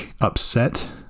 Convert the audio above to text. upset